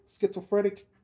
schizophrenic